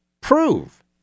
prove